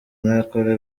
ntakora